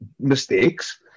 mistakes